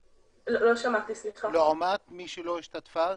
בתוכנית, לעומת מי שלא השתתפה,